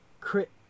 crit